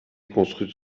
construites